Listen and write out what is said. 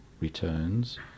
returns